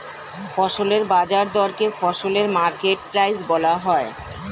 ফসলের বাজার দরকে ফসলের মার্কেট প্রাইস বলা হয়